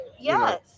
yes